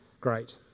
great